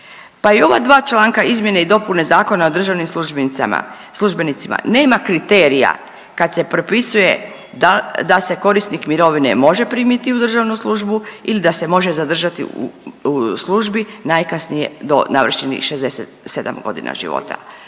Pa i ova dva članka izmjene i dopune Zakona o državnim službenicima nema kriterija kad se propisuje da se korisnik mirovine može primiti u državnu službu ili da se može zadržati u službi najkasnije do navršenih 67 godina života.